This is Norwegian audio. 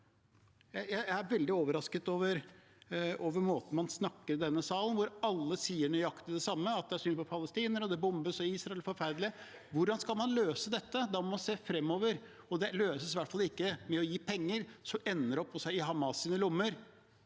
Jeg er veldig overrasket over måten man snakker på i denne salen, hvor alle sier nøyaktig det samme, at det er synd på palestinerne, det bombes, og Israel er forferdelig. Hvordan skal man løse dette? Da må man se fremover, og det løses i hvert fall ikke ved å gi penger som en